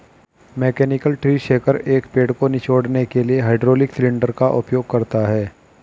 mechanical tree shaker, एक पेड़ को निचोड़ने के लिए हाइड्रोलिक सिलेंडर का उपयोग करता है